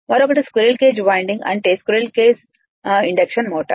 మరొకటి squirrel cage winding అంటే squirrel cage induction motor